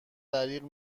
دریغ